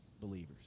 believers